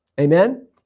Amen